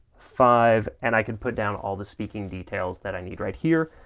five, and i can put down all the speaking details that i need right here.